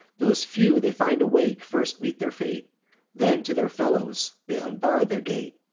those few they find awake first meet their fate then to their fellows they unbar the gate.